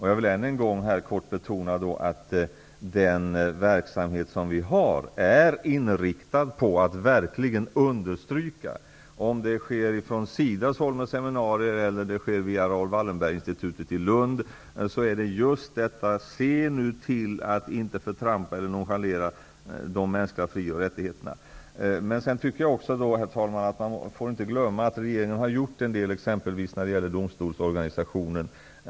Jag vill än en gång betona att den verksamhet som vi bedriver är inriktad på att verkligen understryka -- vare sig det sker via SIDA genom seminarier eller via Raoul Wallenberginstitutet i Lund -- att man inte får förtrampa eller nonchalera de mänskliga fri och rättigheterna. Herr talman! Man får inte heller glömma att regeringen har gjort en del, exempelvis när det gäller domstolsorganisationen.